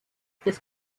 des